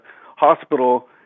hospital